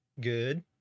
good